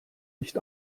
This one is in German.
nicht